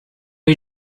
you